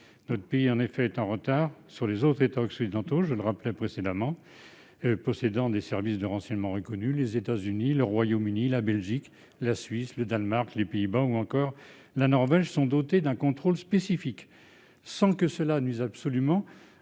France est en retard sur les autres États occidentaux possédant des services de renseignement reconnus. Les États-Unis, le Royaume-Uni, la Belgique, la Suisse, le Danemark, les Pays-Bas ou encore la Norvège sont dotés d'un contrôle spécifique, sans que cela nuise